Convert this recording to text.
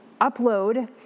upload